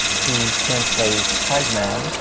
whose current play is side man,